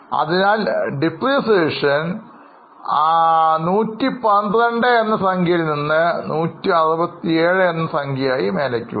അതിനാൽ മൂല്യതകർച്ച 112 നിന്നും 167 ആയി ഉയർന്നു